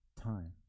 time